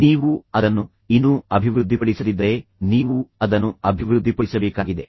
ನೀವು ಅದನ್ನು ಇನ್ನೂ ಅಭಿವೃದ್ಧಿಪಡಿಸದಿದ್ದರೆ ನೀವು ಅದನ್ನು ಅಭಿವೃದ್ಧಿಪಡಿಸಬೇಕಾಗಿದೆ